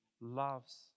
loves